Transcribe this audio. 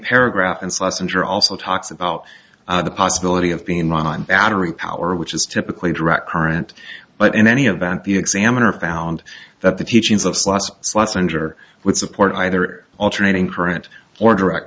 paragraph and sausage are also talks about the possibility of being run on battery power which is typically direct current but in any event the examiner found that the teachings of slots slots under would support either alternating current or direct